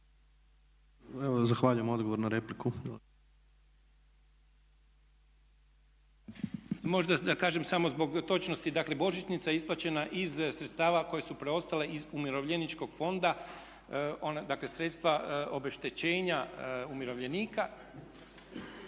Evo zahvaljujem. Odgovor na repliku. **Vuković, Srećko** Možda da kažem samo zbog točnosti, dakle božićnica je isplaćena iz sredstava koja su preostala iz umirovljeničkog fonda dakle sredstva obeštećenja umirovljenika.